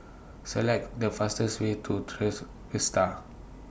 Select The fastest Way to Tres Vista